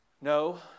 No